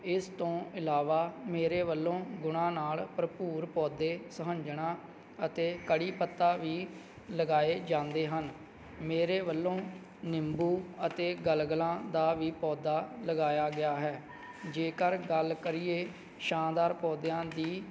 ਇਸ ਤੋਂ ਇਲਾਵਾ ਮੇਰੇ ਵੱਲੋਂ ਗੁਣਾਂ ਨਾਲ ਭਰਪੂਰ ਪੌਦੇ ਸੁਹੰਜਣਾ ਅਤੇ ਕੜੀ ਪੱਤਾ ਵੀ ਲਗਾਏ ਜਾਂਦੇ ਹਨ ਮੇਰੇ ਵੱਲੋਂ ਨਿੰਬੂ ਅਤੇ ਗਲਗਲਾਂ ਦਾ ਵੀ ਪੌਦਾ ਲਗਾਇਆ ਗਿਆ ਹੈ ਜੇਕਰ ਗੱਲ ਕਰੀਏ ਛਾਂ ਦਾਰ ਪੌਦਿਆਂ ਦੀ